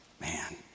man